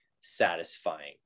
satisfying